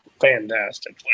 fantastic